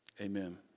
Amen